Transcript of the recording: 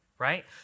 right